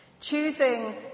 Choosing